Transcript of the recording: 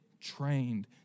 trained